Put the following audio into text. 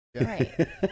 right